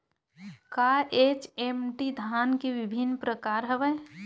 का एच.एम.टी धान के विभिन्र प्रकार हवय?